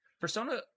Persona